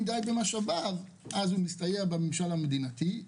די במשאביו אזי הוא פונה לסיוע של הממשל המדינתי.